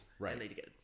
Right